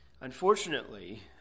Unfortunately